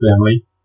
family